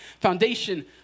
foundation